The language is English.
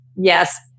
Yes